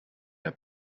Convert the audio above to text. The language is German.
der